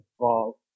involved